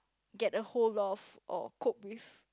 get a hold of or cope with